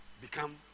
become